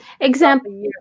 Example